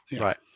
Right